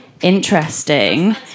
Interesting